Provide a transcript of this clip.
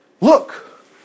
Look